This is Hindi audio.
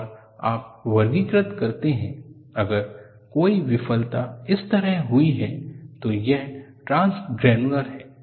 और आप वर्गीकृत करते हैं अगर कोई विफलता इस तरह हुई है तो यह ट्रांसग्रेनुलर है